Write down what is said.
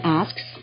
asks